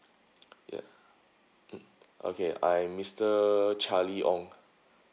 ya mm okay I'm mister charlie ong